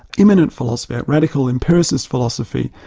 immanent philosophy, a radical empiricist philosophy,